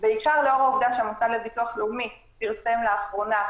בעיקר לאור העובדה שהמוסד לביטוח לאומי פרסם לאחרונה